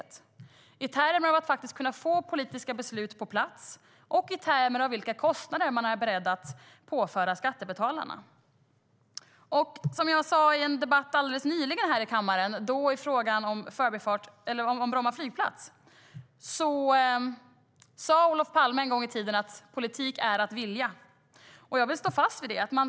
Det gäller i termer av att faktiskt kunna få politiska beslut på plats och i termer av vilka kostnader man är beredd att påföra skattebetalarna. Som jag sa i en debatt alldeles nyligen här i kammaren, då i fråga om Bromma flygplats, sa Olof Palme en gång i tiden att politik är att vilja. Jag vill stå fast vid det.